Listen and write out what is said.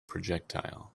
projectile